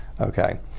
okay